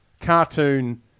cartoon